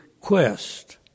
quest